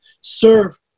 serve